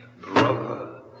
Brother